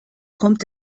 kommt